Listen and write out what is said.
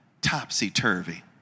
Topsy-turvy